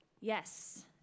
Yes